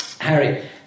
Harry